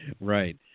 Right